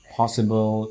possible